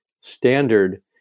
standard